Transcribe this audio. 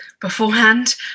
beforehand